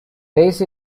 race